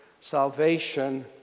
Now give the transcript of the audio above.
salvation